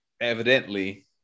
evidently